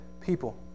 people